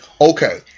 Okay